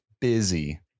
busy